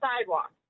sidewalk